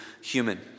human